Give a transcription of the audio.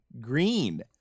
green